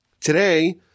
Today